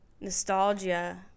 nostalgia